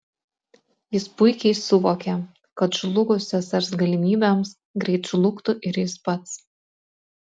jis puikiai suvokė kad žlugus sesers galimybėms greit žlugtų ir jis pats